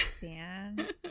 Dan